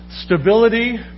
Stability